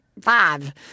five